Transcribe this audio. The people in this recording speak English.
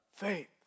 faith